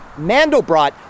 mandelbrot